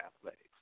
athletics